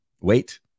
wait